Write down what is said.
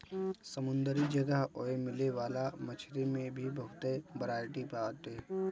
समुंदरी जगह ओए मिले वाला मछरी में भी बहुते बरायटी बाटे